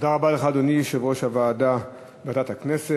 תודה רבה לך, אדוני יושב-ראש הוועדה, ועדת הכנסת.